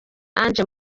ange